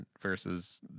versus